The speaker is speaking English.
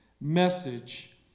message